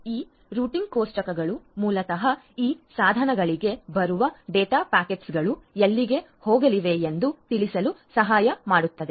ಈ ರೂಟಿಂಗ್ ಕೋಷ್ಟಕಗಳು ಮೂಲತಃ ಈ ಸಾಧನಗಳಿಗೆ ಬರುವ ಡೇಟಾ ಪ್ಯಾಕೆಟ್ಗಳು ಎಲ್ಲಿಗೆ ಹೋಗಲಿವೆ ಎಂದು ತಿಳಿಯಲು ಸಹಾಯ ಮಾಡುತ್ತವೆ